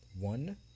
one